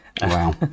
Wow